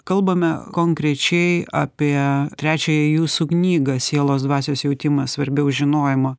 kalbame konkrečiai apie trečiąją jūsų knygą sielos dvasios jautimas svarbiau žinojimo